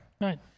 Right